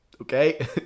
Okay